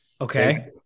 okay